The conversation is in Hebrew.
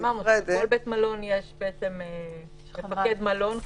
אמרנו שלכל בית מלון יש מפקד מלון,